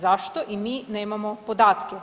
Zašto i mi nemamo podatke?